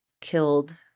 killed